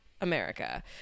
America